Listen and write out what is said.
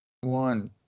One